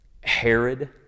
Herod